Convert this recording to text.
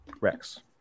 Rex